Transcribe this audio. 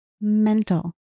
mental